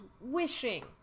wishing